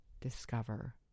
discover